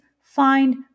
find